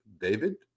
David